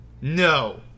no